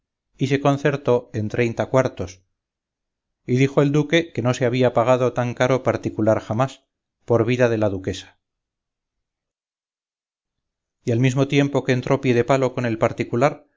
y se concertó en treinta cuartos y dijo el duque que no se había pagado tan caro particular jamás por vida de la duquesa y al mismo tiempo que entró piedepalo con el particular